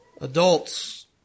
Adults